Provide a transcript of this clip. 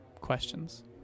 questions